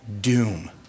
doom